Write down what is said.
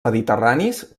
mediterranis